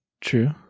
true